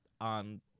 on